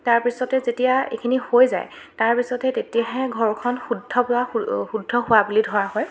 তাৰপিছতে যেতিয়া এইখিনি হৈ যায় তাৰপিছতে তেতিয়াহে ঘৰখন শুদ্ধ হোৱা শুদ্ধ হোৱা বুলি ধৰা হয়